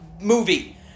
movie